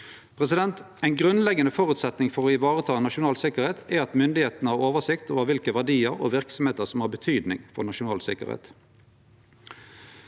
Ein grunnleggjande føresetnad for å vareta nasjonal sikkerheit er at myndigheitene har oversikt over kva verdiar og verksemder som har betydning for nasjonal sikkerheit.